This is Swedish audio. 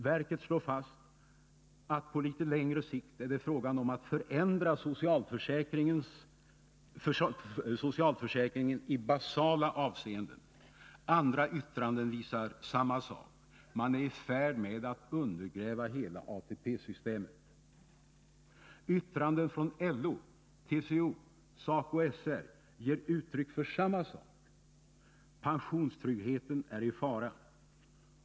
Verket slår fast att på litet längre sikt är det fråga om att förändra socialförsäkringen i basala avseenden. Andra yttranden visar samma sak — man är i färd med att undergräva hela ATP-systemet. Också yttranden från LO, TCO och SACO/SR ger uttryck för samma sak — 9 pensionstryggheten är i fara.